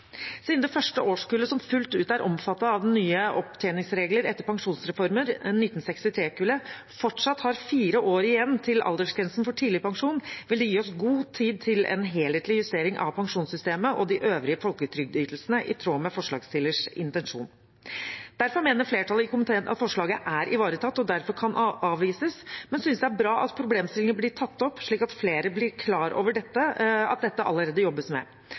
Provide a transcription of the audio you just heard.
Siden det første årskullet som fullt ut er omfattet av nye opptjeningsregler etter pensjonsreformen, 1963-kullet, fortsatt har fire år igjen til aldergrensen for tidligpensjon, vil det gi oss god tid til en helhetlig justering av pensjonssystemet og de øvrige folketrygdytelsene i tråd med forslagsstillernes intensjon. Derfor mener flertallet i komiteen at forsalget er ivaretatt og kan avvises, men synes det er bra at problemstillingen blir tatt opp, slik at flere blir klar over at dette allerede jobbes med.